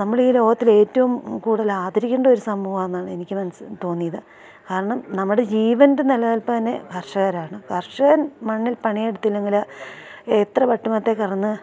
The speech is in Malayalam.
നമ്മളീ ലോകത്തിലേറ്റവും കൂടുതല് ആദരിക്കേണ്ട ഒരു സമൂഹമാണെന്നാണ് എനിക്ക് മനസില് തോന്നിയത് കാരണം നമ്മുടെ ജീവന്റെ നിലനിൽപ്പ് തന്നെ കർഷകരാണ് കർഷകൻ മണ്ണിൽ പണിയെടുത്തില്ലെങ്കില് എത്ര പട്ടുമെത്തയില് കിടന്ന്